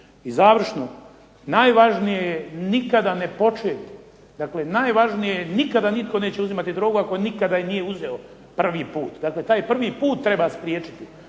I završno. Najvažnije je nikada ne početi, dakle najvažnije je nikada nitko neće uzimati drogu ako je nikada nije uzeo prvi pita. Dakle, taj prvi puta treba spriječiti.